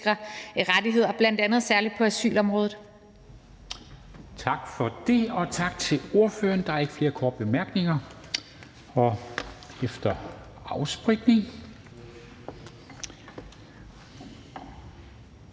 Tak for det, og tak til ordføreren. Der er ikke flere korte bemærkninger. Og efter afspritning